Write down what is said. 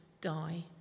die